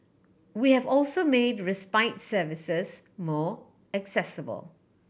we have also made respite services more accessible